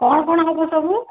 କ'ଣ କ'ଣ ହେବ ସବୁ